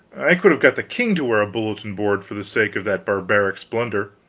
i could have got the king to wear a bulletin-board for the sake of that barbaric splendor